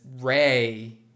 ray